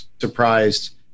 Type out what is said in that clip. surprised